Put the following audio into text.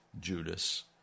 Judas